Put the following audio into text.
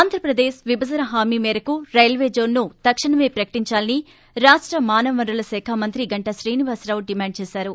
ఆంధ్రప్రదేక్ విభజన హామీ మేరకు రైల్వే జోన్ను తక్షణమే ప్రకటించాలని రాష్ట మనవ వనరుల శాఖ మంత్రి గంట శ్రీనివాసరావు డిమాండ్ చేశారు